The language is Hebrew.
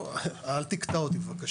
בסדר, אל תקטע אותי בבקשה.